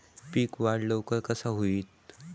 पीक वाढ लवकर कसा होईत?